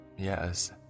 Yes